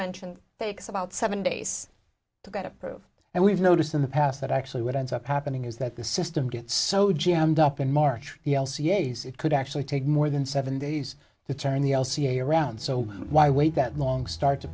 mentioned takes about seven days to get approved and we've noticed in the past that actually what ends up happening is that the system gets so jammed up in march the l c s it could actually take more than seven days to turn the l c a around so why wait that long start to